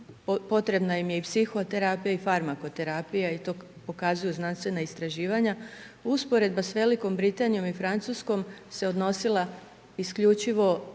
potrebna im je i psihoterapija i farmakoterapija i to pokazuju znanstvena istraživanja. Usporedba sa Velikom Britanijom i Francuskom se odnosila isključivo